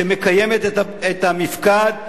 שמקיימת את המפקד,